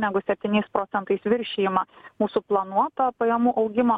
negu septyniais procentais viršijimą mūsų planuotą pajamų augimą